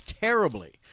terribly